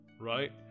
Right